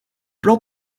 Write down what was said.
plan